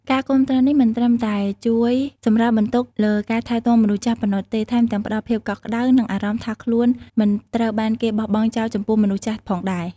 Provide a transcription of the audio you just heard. ការគាំទ្រនេះមិនត្រឹមតែជួយសម្រាលបន្ទុកលើការថែទាំមនុស្សចាស់ប៉ុណ្ណោះទេ ថែមទាំងផ្តល់ភាពកក់ក្តៅ និងអារម្មណ៍ថាខ្លួនមិនត្រូវបានគេបោះបង់ចោលចំពោះមនុស្សចាស់ផងដែរ។